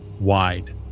wide